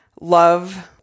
love